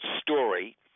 story